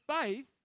faith